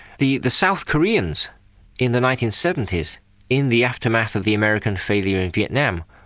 the the south koreans in the nineteen seventy s in the aftermath of the american failure in vietnam,